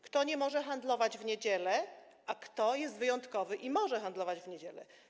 kto nie może handlować w niedziele, a kto jest wyjątkowy i może handlować w niedziele.